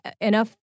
Enough